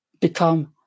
become